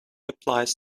applies